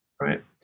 right